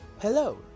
Hello